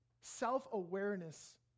self-awareness